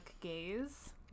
gaze